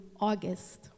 August